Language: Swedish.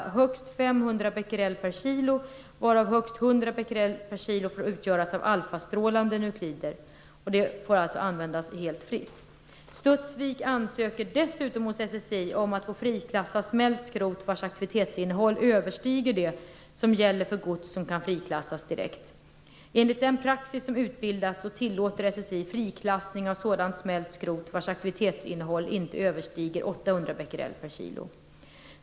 Studsvik ansöker dessutom hos SSI om att få friklassa smält skrot vars aktivitetsinnehåll överstiger det som gäller för gods som kan friklassas direkt. Enligt den praxis som utbildats så tillåter SSI friklassning av sådant smält skrot vars aktivitetsinnehåll inte överstiger 800 Bq/kg.